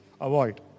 Avoid